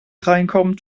reinkommt